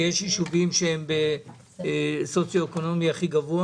יש יישובים שהם בסוציו אקונומי מאוד גבוה